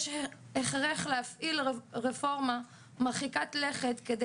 יש הכרח להפעיל רפורמה מרחיקת לכת כדי